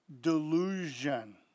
delusion